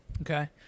Okay